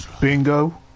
Bingo